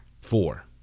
Four